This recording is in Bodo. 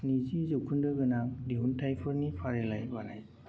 स्निजि जौखोन्दो गोनां दिहुनथाइफोरनि फारिलाइ बानाय